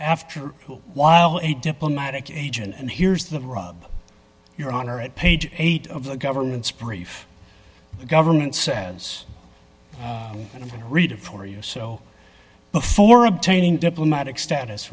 after while a diplomatic agent and here's the rub your honor at page eight of the government's brief the government says read it for you so before obtaining diplomatic status